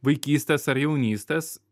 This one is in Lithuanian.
vaikystės ar jaunystės